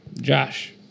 Josh